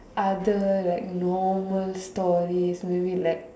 other like normal stories maybe like